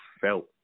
felt